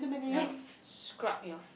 like scrap your